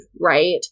right